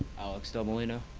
alex del molino.